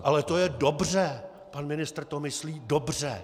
Ale to je dobře, pan ministr to myslí dobře!